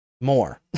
more